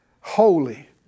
holy